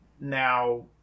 now